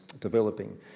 developing